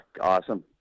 Awesome